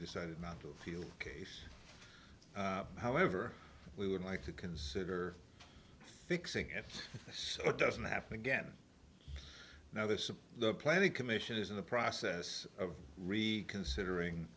decided not to feel case however we would like to consider fixing it so it doesn't happen again now the supply the planning commission is in the process of read considering